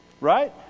Right